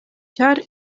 ĉar